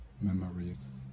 memories